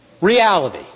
reality